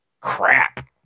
Crap